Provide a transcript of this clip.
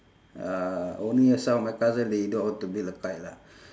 uh only some of my cousin they know how to build a kite lah